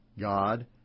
God